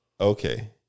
Okay